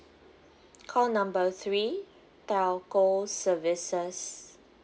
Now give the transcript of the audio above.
call number three telco services